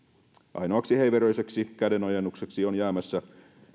ainoaksi heiveröiseksi kädenojennukseksi on jäämässä